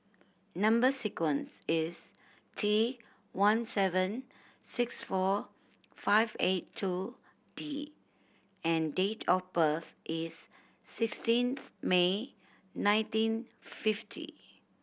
number sequence is T one seven six four five eight two D and date of birth is sixteenth May nineteen fifty